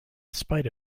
spite